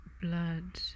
Blood